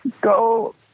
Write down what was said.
go